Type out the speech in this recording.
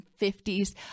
50s